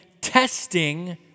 testing